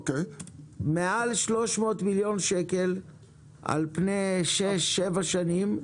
מעל 600 מיליון שקל על פני שש-שבע שנים,